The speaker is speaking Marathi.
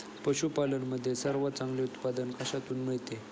पशूपालन मध्ये सर्वात चांगले उत्पादन कशातून मिळते?